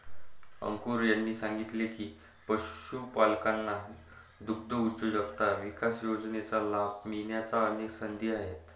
अंकुर यांनी सांगितले की, पशुपालकांना दुग्धउद्योजकता विकास योजनेचा लाभ मिळण्याच्या अनेक संधी आहेत